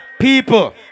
People